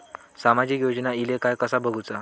सामाजिक योजना इले काय कसा बघुचा?